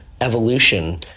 evolution